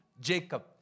Jacob